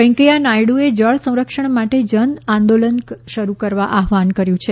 વૈંકૈયા નાયડુએ જળ સંરક્ષણ માટે જન આંદોલન શરૂ કરવા આહવાહન કર્યું છે